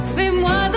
Fais-moi